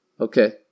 Okay